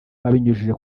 babinyujije